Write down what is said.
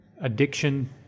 addiction